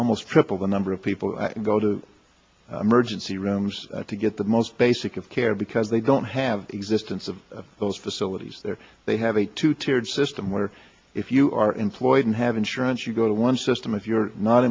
almost triple the number of people go to emergency rooms to get the most basic of care because they don't have the existence of those facilities there they have a two tiered system where if you are employed and have insurance you go to one system if you're not